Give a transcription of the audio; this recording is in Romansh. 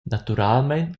naturalmein